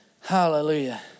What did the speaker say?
Hallelujah